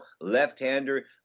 left-hander